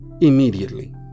immediately